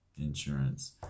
insurance